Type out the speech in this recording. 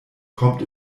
kommt